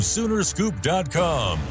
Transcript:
Soonerscoop.com